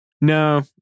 No